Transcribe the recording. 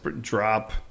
drop